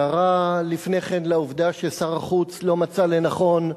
הערה לפני כן לגבי העובדה ששר החוץ לא מצא לנכון,